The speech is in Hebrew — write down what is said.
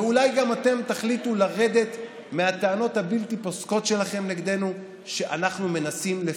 ואולי גם אתם תחליטו לרדת מהטענות הבלתי-פוסקות שלכם נגדנו,